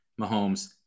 mahomes